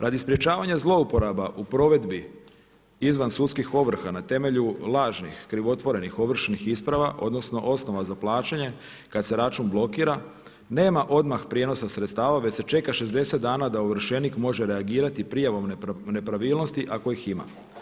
Radi sprječavanja zlouporaba u provedbi izvan sudskih ovrha na temelju lažnih, krivotvorenih, ovršnih isprava odnosno osnova za plaćanje kada se račun blokira, nema odmah prijenosa sredstava već se čeka 60 dana da ovršenih može reagirati prijavom nepravilnosti ako ih ima.